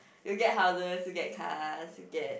you get houses you get cars you get